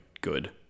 good